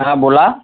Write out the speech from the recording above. हां बोला